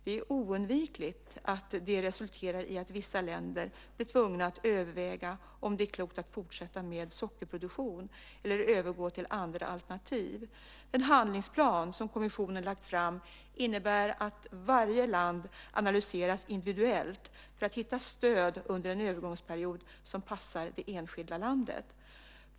Det är oundvikligt att den resulterar i att vissa länder blir tvungna att överväga om det är klokt att fortsätta med sockerproduktion eller gå över till andra alternativ. Den handlingsplan som kommissionen lagt fram innebär att varje land analyseras individuellt för att hitta stöd under en övergångsperiod som passar det enskilda landet.